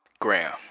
Graham